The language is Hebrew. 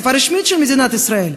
שפה רשמית במדינת ישראל,